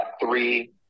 Three